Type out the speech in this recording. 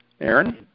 Aaron